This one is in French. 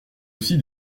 aussi